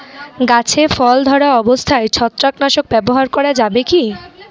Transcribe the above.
গাছে ফল ধরা অবস্থায় ছত্রাকনাশক ব্যবহার করা যাবে কী?